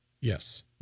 Yes